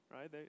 right